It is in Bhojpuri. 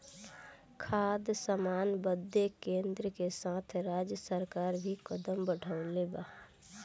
खाद्य सामान बदे केन्द्र के साथ राज्य सरकार भी कदम बढ़ौले बा